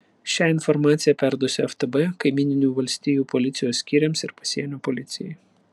šią informaciją perduosiu ftb kaimyninių valstijų policijos skyriams ir pasienio policijai